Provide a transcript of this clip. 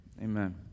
Amen